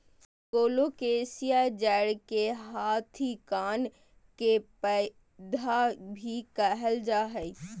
colocasia जड़ के हाथी कान के पौधा भी कहल जा हई